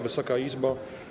Wysoka Izbo!